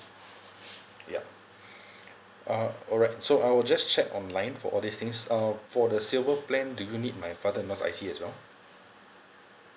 yup uh alright so I'll just check online for all these things um for the silver plan do you need my father-in-law's I_C as well